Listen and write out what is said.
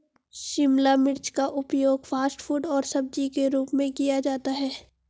शिमला मिर्च का उपयोग फ़ास्ट फ़ूड और सब्जी के रूप में किया जाता है